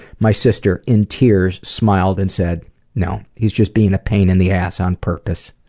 my sister, in tears, smiled and said no, he's just being a pain in the ass on purpose.